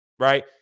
Right